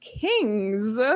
Kings